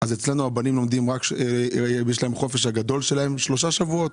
אז אצלנו לבנים יש את החופש הגדול שלהם באורך של 3 שבועות.